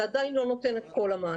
זה עדיין לא נותן את כל המענה,